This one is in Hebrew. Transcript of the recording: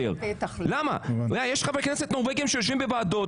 יש חברי כנסת נורבגים שיושבים בוועדות.